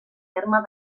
terme